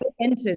entered